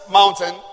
mountain